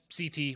CT